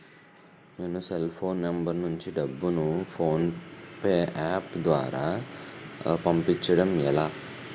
నేను cell phone number నుంచి డబ్బును ను ఫోన్పే అప్ ద్వారా పంపించడం ఎలా?